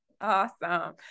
Awesome